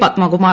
Padmakumar